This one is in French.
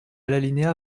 l’alinéa